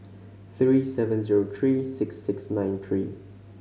three seven zero three six six nine three